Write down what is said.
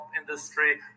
industry